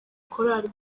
korali